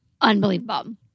unbelievable